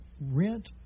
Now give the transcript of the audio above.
rent